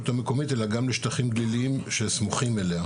המקומית אלא גם לשטחים גליליים שסמוכים אליה.